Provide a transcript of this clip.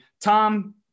tom